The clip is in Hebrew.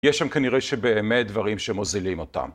יש שם כנראה שבאמת דברים שמוזילים אותם.